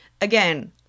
again